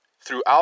throughout